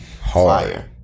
Hard